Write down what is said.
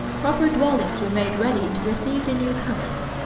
proper dwellings were made ready to receive the new-comers.